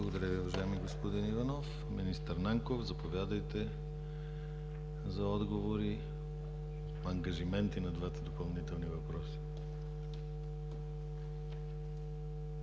Благодаря Ви, уважаеми господин Иванов. Министър Нанков, заповядайте за отговори-ангажименти на двата допълнителни въпроса.